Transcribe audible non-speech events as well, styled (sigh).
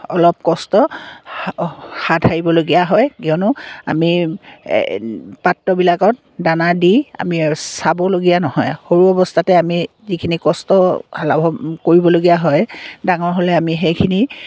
অলপ কষ্ট হাত সাৰিবলগীয়া হয় কিয়নো আমি পাত্ৰবিলাকত দানা দি আমি চাবলগীয়া নহয় সৰু অৱস্থাতে আমি যিখিনি কষ্ট (unintelligible) কৰিবলগীয়া হয় ডাঙৰ হ'লে আমি সেইখিনি